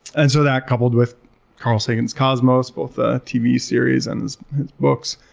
and so that coupled with carl sagan's cosmos, both the tv series and books,